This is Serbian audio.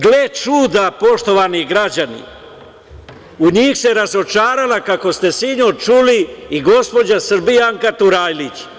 Gle čuda, poštovani građani, u njih se razočarala, kako ste sinoć čuli, i gospođa Srbijanka Turajlić.